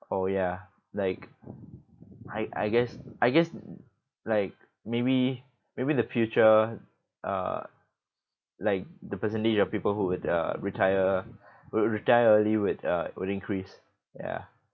oh ya like I I guess I guess like maybe maybe the future uh like the percentage of people who'd uh retire who'd retire early would uh would increase ya